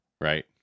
right